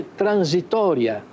transitoria